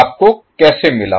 आपको कैसे मिला